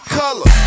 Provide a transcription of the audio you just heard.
color